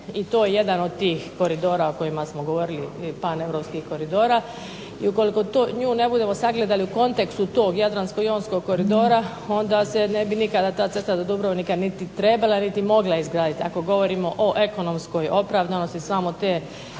I to je jedan od tih koridora o kojima smo govorili, plan europskih koridora. I ukoliko to, nju ne budemo sagledali u kontekstu tog jadransko-jonskog koridora onda se ne bi nikada ta crta do Dubrovnika niti trebala, niti mogla izgraditi, ako govorimo o ekonomskoj opravdanosti samo te